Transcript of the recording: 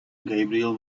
gabriel